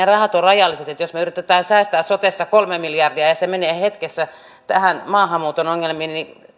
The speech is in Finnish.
rahat ovat rajalliset että jos me yritämme säästää sotessa kolme miljardia ja se menee hetkessä näihin maahanmuuton ongelmiin niin